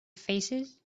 faces